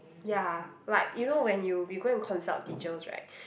ya like you know when you we go and consult teachers right